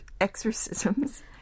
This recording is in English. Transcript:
exorcisms